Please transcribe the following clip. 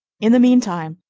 in the mean time,